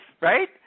right